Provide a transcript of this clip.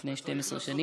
לפני 12 שנים.